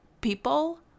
people